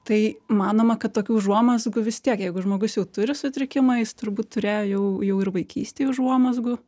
tai manoma kad tokių užuomazgų vis tiek jeigu žmogus jau turi sutrikimą jis turbūt turėjo jau jau ir vaikystėj užuomazgų